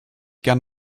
gern